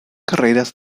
carreras